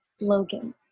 Logan